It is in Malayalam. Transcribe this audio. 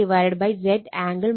VAN Z angle